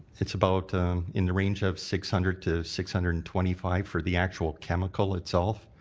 it's about in the range of six hundred to six hundred and twenty five for the actual chemical itself.